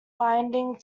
binding